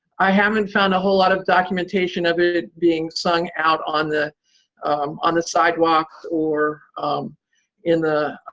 i haven't found a whole lot of documentation of ah being sung out on the um on the sidewalks or in the